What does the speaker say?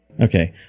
okay